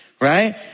Right